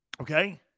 Okay